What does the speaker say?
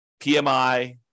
PMI